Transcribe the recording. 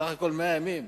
סך הכול 100 הימים